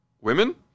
women